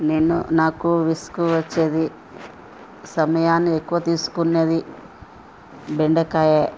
నేను నాకు విసుగు వచ్చేది సమయాన్ని ఎక్కువ తీసుకునేవి బెండకాయే